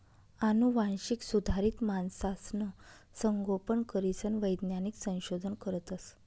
आनुवांशिक सुधारित मासासनं संगोपन करीसन वैज्ञानिक संशोधन करतस